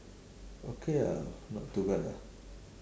okay ah not too bad lah